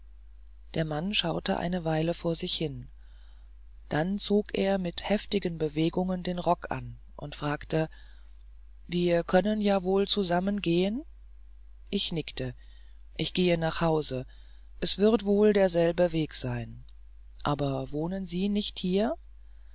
der mann schaute eine weile vor sich hin dann zog er mit heftigen bewegungen den rock an und fragte wir können ja wohl zusammengehen ich nickte ich gehe nach hause es wird wohl derselbe weg sein aber wohnen sie nicht hier